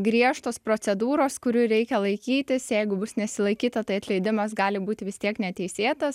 griežtos procedūros kurių reikia laikytis jeigu bus nesilaikyta tai atleidimas gali būti vis tiek neteisėtas